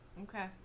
Okay